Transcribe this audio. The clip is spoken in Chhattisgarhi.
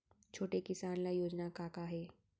छोटे किसान ल योजना का का हे?